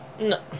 No